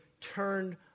turned